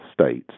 states